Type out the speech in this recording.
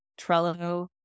Trello